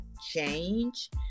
change